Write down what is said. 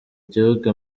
igihugu